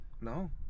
No